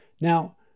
Now